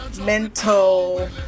mental